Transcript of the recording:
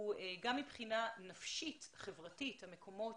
גם מבחינה נפשית-חברתית, המקומות